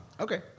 Okay